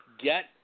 get